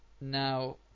Now